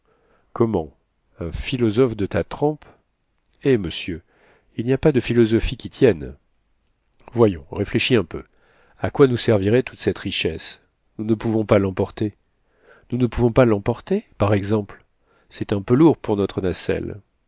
comment un philosophe de ta trempe eh monsieur il n'y a pas de philosophie qui tienne voyons réfléchis un peu a quoi nous servirait toute cette richesse nous ne pouvons pas l'emporter nous ne pouvons pas l'emporter par exemple c'est un peu lourd pour notre nacelle